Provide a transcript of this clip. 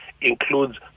includes